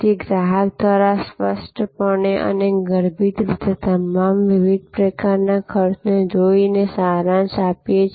તેથી ગ્રાહક દ્વારા સ્પષ્ટપણે અને ગર્ભિત રીતે તમામ વિવિધ પ્રકારના ખર્ચને જોઈને સારાંશ આપીએ